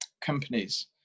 companies